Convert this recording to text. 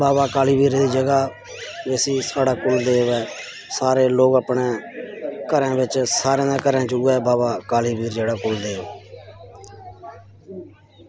बावा कालीवीर दी जगह जिसी साढ़ा कुलदेव ऐ सारे लोग अपना घरें बिच सारें दे घरें च उ'ऐ बावा कालीबीर जेह्ड़ा कुलदेव